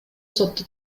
сотто